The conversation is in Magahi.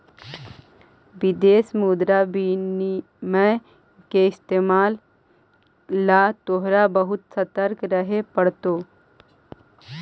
विदेशी मुद्रा विनिमय के इस्तेमाल ला तोहरा बहुत ससतर्क रहे पड़तो